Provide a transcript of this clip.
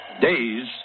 days